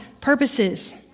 purposes